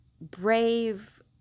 brave